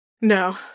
No